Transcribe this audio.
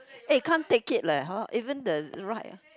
eh can't take it leh hor even the ride